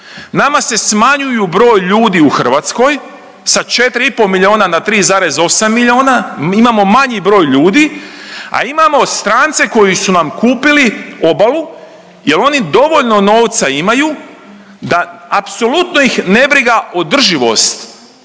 nama se smanjuje broj ljudi u Hrvatskoj sa 4,5 milijuna na 3,8 milijuna, imamo manji broj ljudi, a imamo strance koji su nam kupili obalu jel oni dovoljno novca imaju da apsolutno ih ne briga održivost